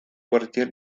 quartier